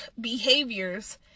behaviors